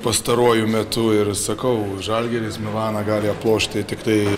pastaruoju metu ir sakau žalgiris milaną gali aplošti tiktai